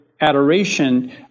adoration